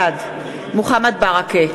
מוחמד ברכה,